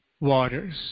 waters